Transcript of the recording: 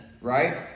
right